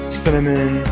cinnamon